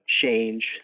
change